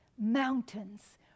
mountains